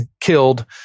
killed